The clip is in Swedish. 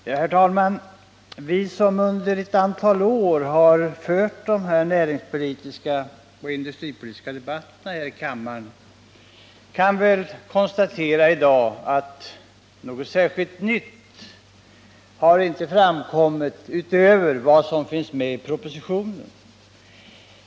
Herr talman! Vi som under ett antal år har fört de industripolitiska och näringspolitiska debatterna här i kammaren kan väl i dag konstatera, att något särskilt nytt utöver vad som finns i propositionen inte har framkommit.